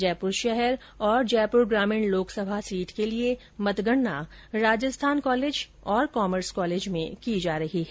जयपुर शहर और जयपुर ग्रामीण लोकसभा सीट के लिए मतगणना राजस्थान और कॉमर्स कॉलेज में की जा रही है